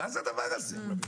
מה זה הדבר הזה?